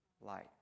light